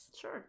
Sure